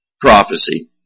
prophecy